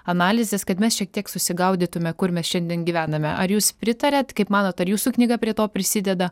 analizės kad mes šiek tiek susigaudytume kur mes šiandien gyvename ar jūs pritariat kaip manot ar jūsų knyga prie to prisideda